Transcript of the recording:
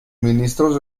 ministros